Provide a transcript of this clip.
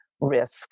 risk